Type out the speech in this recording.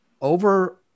over